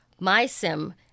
MySim